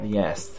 yes